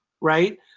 right